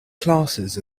classes